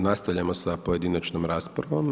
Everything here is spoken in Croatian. Nastavljamo sa pojedinačnom raspravom.